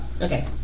Okay